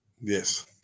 Yes